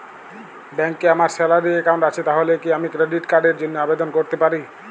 ব্যাংকে আমার salary account আছে তাহলে কি আমি ক্রেডিট কার্ড র জন্য আবেদন করতে পারি?